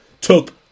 Took